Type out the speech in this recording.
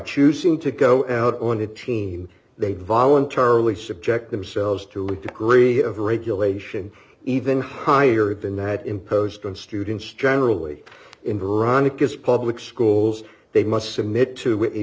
choosing to go out on a team they voluntarily subject themselves to a degree of regulation even higher than that imposed on students generally in veronica's public schools d they must submit to a